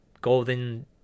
golden